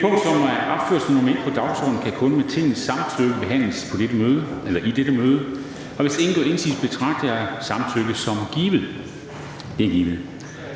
Det punkt, som er opført som nr. 1 på dagsordenen, kan kun med Tingets samtykke behandles i dette møde. Hvis ingen gør indsigelse, betragter jeg samtykket som givet.